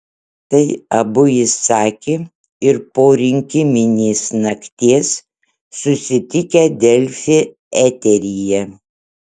tai abu išsakė ir po rinkiminės nakties susitikę delfi eteryje